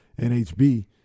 NHB